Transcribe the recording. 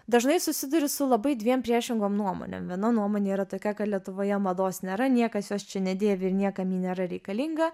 dažnai susiduriu su labai dviem priešingom nuomonėm viena nuomonė yra tokia kad lietuvoje mados nėra niekas jos čia nedėvi ir niekam nėra reikalinga